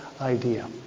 idea